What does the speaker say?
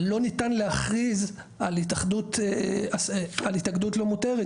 אבל לא ניתן להכריז על התאחדות על התאגדות לא מותרת,